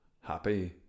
happy